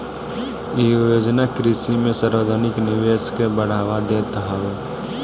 इ योजना कृषि में सार्वजानिक निवेश के बढ़ावा देत हवे